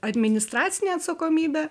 administracinė atsakomybė